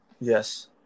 Yes